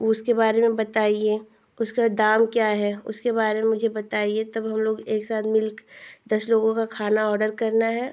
उसके बारे में बताइए उसका दाम क्या है उसके बारे में मुझे बताइए तब हमलोग एक साथ दस लोगों का खाना ऑर्डर करना है